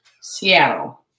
Seattle